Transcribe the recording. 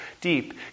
deep